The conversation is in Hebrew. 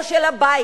או של הבית,